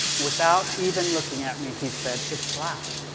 without even looking at me, he said, it's black.